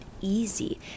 easy